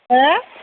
हो